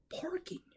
parking